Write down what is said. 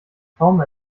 trauma